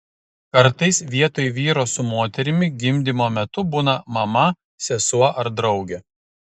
kartais vietoj vyro su moterimi gimdymo metu būna mama sesuo ar draugė